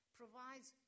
provides